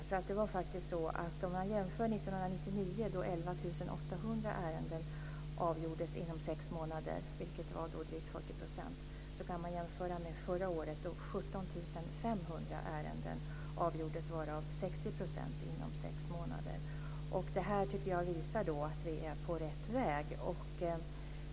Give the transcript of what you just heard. År 1999 avgjordes 11 800 ärenden inom sex månader, vilket var drygt 40 %. Det kan man jämföra med förra året då 17 500 ärenden avgjordes, varav 60 % inom sex månader. Det här tycker jag visar att vi är på rätt väg.